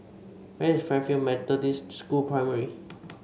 where is Fairfield Methodist School Primary